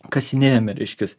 kasinėjame reiškias